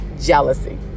jealousy